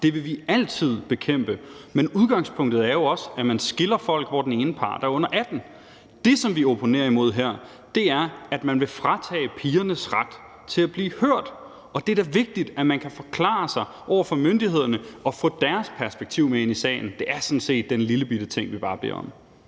det vil vi altid bekæmpe. Men udgangspunktet er jo også, at man skiller folk, når den ene part er under 18. Det, som vi opponerer imod her, er, at man vil fratage pigerne deres ret til at blive hørt, for det er da vigtigt, at pigerne kan forklare sig over for myndighederne, så man kan få deres perspektiv med ind i sagen. Det er sådan set bare den lillebitte ting, vi beder om.